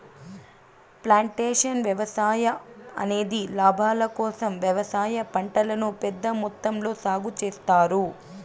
plantation వ్యవసాయం అనేది లాభాల కోసం వ్యవసాయ పంటలను పెద్ద మొత్తంలో సాగు చేత్తారు